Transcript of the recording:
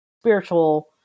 spiritual